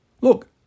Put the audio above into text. Look